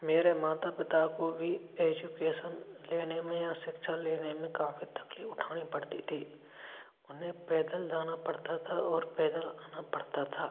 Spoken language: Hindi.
मेरे माता पिता को भी एजुकेसन लेने में या शिक्षा लेने में काफ़ी तकलीफ उठानी पड़ती थी उन्हे पैदल जाना पड़ता था और पैदल आना पड़ता था